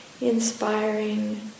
inspiring